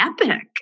epic